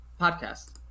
podcast